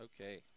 Okay